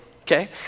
okay